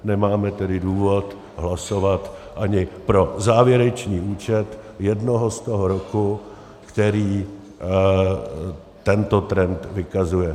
Nemáme tedy důvod hlasovat ani pro závěrečný účet jednoho z toho roku, který tento trend vykazuje.